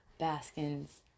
Baskin's